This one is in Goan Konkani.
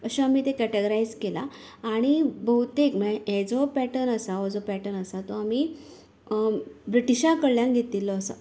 अशें आमी तें कॅटेगरायज केलां आनी भोवतेक म्हळ्यार हेजो पॅटर्न आसा हो जो पॅटर्न आसा तो आमी ब्रिटीशां कडल्यान घेतिल्लो आसा